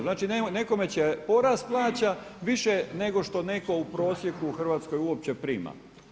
Znači, nekome će porast plaća više nego što netko u prosjeku u Hrvatskoj uopće prima.